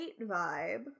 vibe